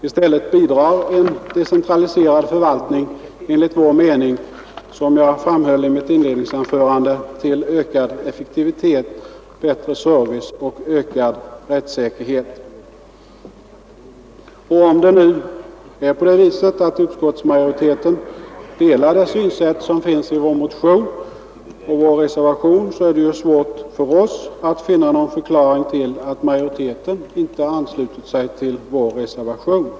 I stället bidrar som jag framhöll i mitt inledningsanförande en decentraliserad förvaltning enligt vår mening till ökad effektivitet, bättre service och ökad rättssäkerhet. Om det nu är på det sättet att utskottsmajoriteten delar det synsätt som finns i vår motion och vår reservation är det svårt för oss att finna någon förklaring till att majoriteten inte anslutit sig till vår reservation.